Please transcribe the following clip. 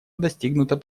достигнуто